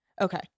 Okay